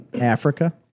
Africa